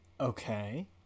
Okay